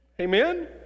Amen